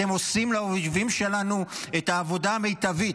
אתם עושים לאויבים שלנו את העבודה המיטבית.